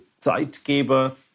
Zeitgeber